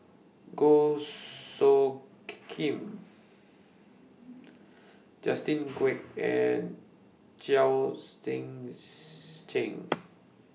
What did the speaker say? Goh Soo Khim Justin Quek and Chao Tzee Cheng